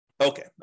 Okay